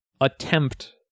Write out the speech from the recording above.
attempt